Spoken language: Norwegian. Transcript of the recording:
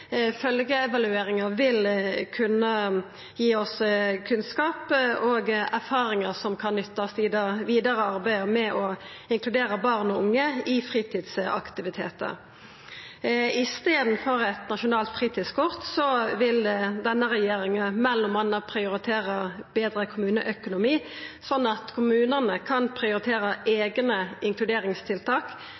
vil kunna gi oss kunnskap og erfaringar som kan nyttast i det vidare arbeidet med å inkludera barn og unge i fritidsaktivitetar. I staden for eit nasjonalt fritidskort vil denne regjeringa m.a. prioritera betre kommuneøkonomi, slik at kommunane kan prioritera eigne inkluderingstiltak.